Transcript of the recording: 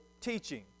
teaching